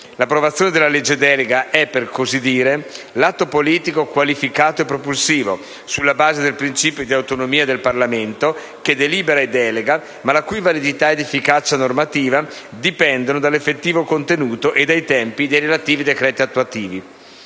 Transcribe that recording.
L'approvazione della legge delega è - per così dire - l'atto politico qualificato e propulsivo, sulla base del principio di autonomia del Parlamento che delibera e delega, ma la cui validità ed efficacia normativa dipendono dall'effettivo contenuto e dai tempi dei relativi decreti attuativi.